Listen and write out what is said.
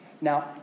Now